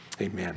amen